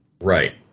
Right